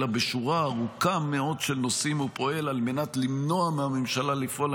אלא בשורה ארוכה מאוד של נושאים הוא פועל על מנת למנוע מהממשלה לפעול,